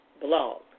blog